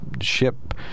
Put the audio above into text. ship